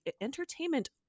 Entertainment